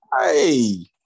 Hey